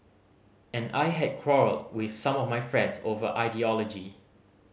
and I had quarrelled with some of my friends over ideology